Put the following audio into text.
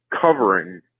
covering